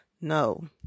No